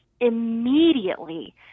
immediately